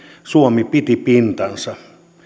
suomi piti pintansa